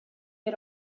had